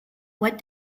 what